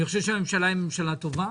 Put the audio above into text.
אני חושב שהממשלה היא ממשלה טובה,